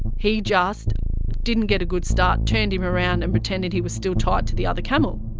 he just didn't get a good start, turned him around and pretended he was still tied to the other camel.